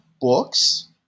books